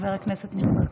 חבר הכנסת ניר ברקת.